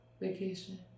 Vacation